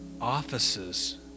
offices